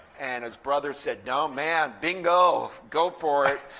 and his brother said, no, man, bingo. go for it.